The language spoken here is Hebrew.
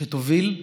שיוביל,